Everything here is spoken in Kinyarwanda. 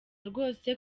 rwose